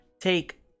take